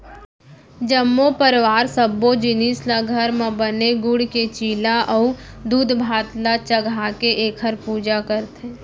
जम्मो परवार सब्बो जिनिस ल घर म बने गूड़ के चीला अउ दूधभात ल चघाके एखर पूजा करथे